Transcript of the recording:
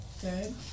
Good